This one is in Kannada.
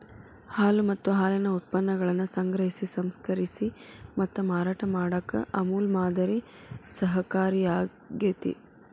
ಹಾಲು ಮತ್ತ ಹಾಲಿನ ಉತ್ಪನ್ನಗಳನ್ನ ಸಂಗ್ರಹಿಸಿ, ಸಂಸ್ಕರಿಸಿ ಮತ್ತ ಮಾರಾಟ ಮಾಡಾಕ ಅಮೂಲ್ ಮಾದರಿ ಸಹಕಾರಿಯಾಗ್ಯತಿ